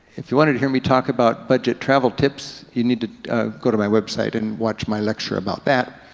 if you wanted to hear me talk about budget travel tips, you need to go to my website and watch my lecture about that.